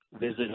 visit